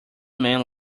man